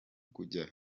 kujya